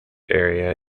area